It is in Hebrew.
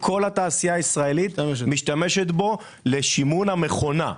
כל התעשייה הישראלית משתמשת בו לשימון המכונה.